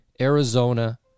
Arizona